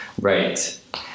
Right